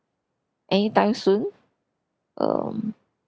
anytime soon um